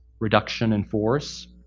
reduction in force,